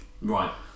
right